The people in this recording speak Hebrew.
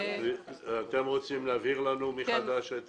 חברים, אתם רוצים להבהיר לנו מחדש?